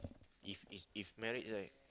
if is if married right